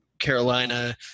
carolina